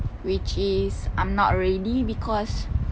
which is I'm not ready because